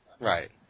Right